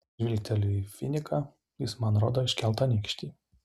žvilgteliu į finiką jis man rodo iškeltą nykštį